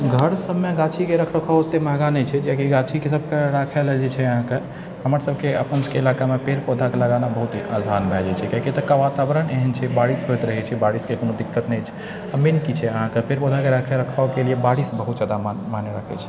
घर सबमे गाछीके रख रखाव ओते महगा नहि छै कियाकि गाछी सबके राखै लए जे छै अहाँके हमर सबके अपन सबके इलाकामे पेड़ पौधाके लगाना बहुत ही आसान भए गेल छै कियाकि एतुका वातावरण एहन छै बारिश होइत रहै छै बारिशके कोनो दिक्कत नहि छै आओर मेन की छै अहाँके पेड़ पौधाके रख रखावके लिय बारिश बहुत जादा मायने राखै छै